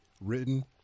written